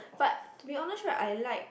but to be honest right I like